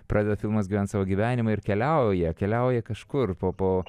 pradeda filmas gyvent savo gyvenimą ir keliauja keliauja kažkur po po